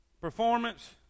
performance